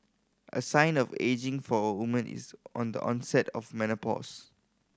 a sign of ageing for a woman is on the onset of menopause